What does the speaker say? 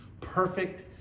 perfect